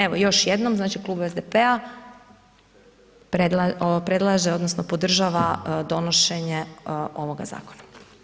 Evo još jednom, znači klub SDP-a predlaže odnosno podržava donošenje ovoga zakona.